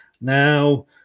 Now